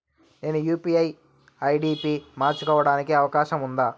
నేను UPI ID పి మార్చుకోవడానికి అవకాశం ఉందా?